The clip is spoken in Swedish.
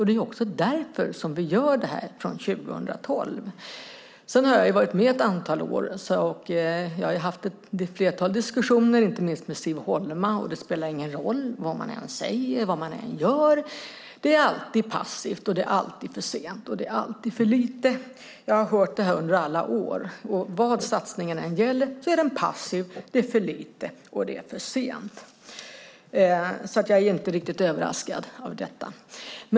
Det är också därför som vi gör detta från 2012. Jag har varit med ett antal år och jag har haft ett flertal diskussioner, inte minst med Siv Holma. Det spelar ingen roll vad man säger eller vad man gör, det är alltid passivt, det är alltid för sent och det är alltid för litet. Jag har hört det här under alla år. Vad satsningen än gäller är den passiv, det är för lite och det är för sent. Jag är inte överraskad av detta.